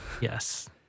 Yes